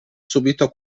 subito